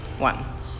one